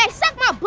like suck my butt,